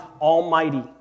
almighty